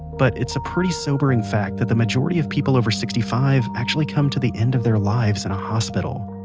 but it's a pretty sobering fact that the majority of people over sixty five actually come to the end of their lives in a hospital